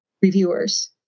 reviewers